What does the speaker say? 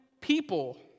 people